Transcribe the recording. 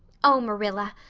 oh, marilla,